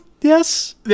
Yes